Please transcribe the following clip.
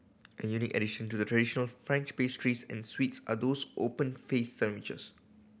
a unique addition to the traditional French pastries and sweets are those open faced sandwiches